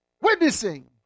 Witnessing